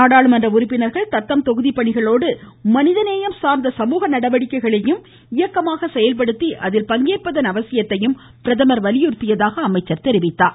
நாடாளுமன்ற உறுப்பினர்கள் தத்தம் தொகுதி பணிகளோடு மனிதநேயம் சார்ந்த நடவடிக்கைகளிலும் இயக்கமாக செயல்படுத்தி அதில் பங்கேற்பதன் சீழக அவசியத்தை பிரதமர் வலியுறுத்தியதாகவும் அவர் குறிப்பிட்டார்